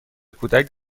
کودک